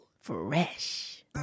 fresh